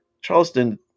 Charleston